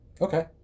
okay